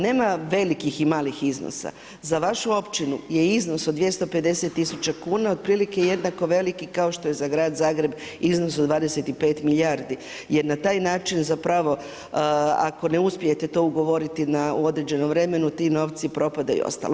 Nema velikih i malih iznosa, za vašu općinu je iznos od 250 tisuća kuna otprilike jednako veliki kao što je za grad Zagreb iznos od 25 milijardi jer na taj način ako ne uspijete to ugovoriti u određenom vremenu ti novci propadaju i ostalo.